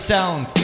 Sound